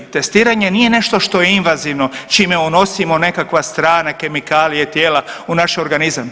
Testiranje nije nešto što je invazivno, čime unosimo nekakva strana, kemikalije, tijela u naš organizam.